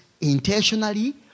intentionally